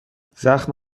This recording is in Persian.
زخم